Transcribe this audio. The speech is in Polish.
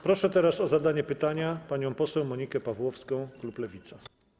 Proszę teraz o zadanie pytania panią poseł Monikę Pawłowską, klub Lewica.